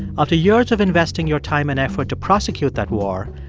after years of investing your time and effort to prosecute that war,